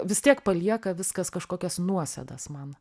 vis tiek palieka viskas kažkokias nuosėdas man